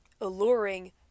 alluring